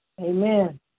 Amen